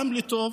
גם לטוב